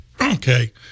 okay